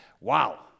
Wow